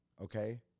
okay